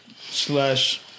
slash